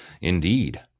indeed